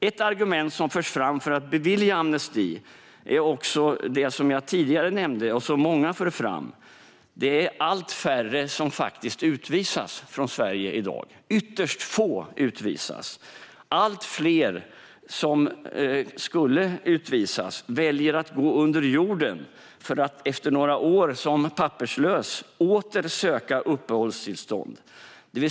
Ett argument som förs fram för att bevilja amnesti är det som jag tidigare nämnde och som många för fram: Det är allt färre som faktiskt utvisas från Sverige i dag. Ytterst få utvisas. Allt fler som ska utvisas väljer att gå under jorden för att efter några år som papperslösa åter söka uppehållstillstånd.